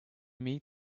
meet